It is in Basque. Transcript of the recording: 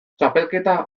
txapelketa